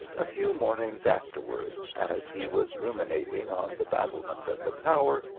a few mornings afterwards, as he was ru minating on the battlements of the tower,